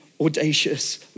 audacious